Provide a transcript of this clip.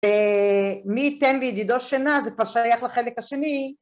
מי ייתן לידידו שנה זה כבר שייך לחלק השני.